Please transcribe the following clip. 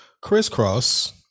crisscross